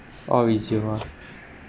or resume mah